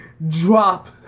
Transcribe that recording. Drop